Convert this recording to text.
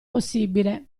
possibile